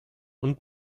und